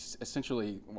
essentially